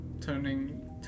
turning